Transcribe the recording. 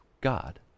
God